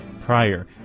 prior